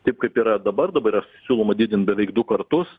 taip kaip yra dabar dabar siūloma didint beveik du kartus